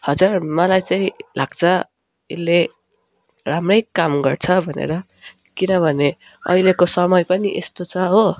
हजुर मलाई चाहिँ लाग्छ यसैले राम्रै काम गर्छ भनेर किनभने अहिलेको समय पनि यस्तो छ हो